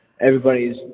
everybody's